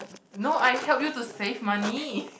no I helped you to save money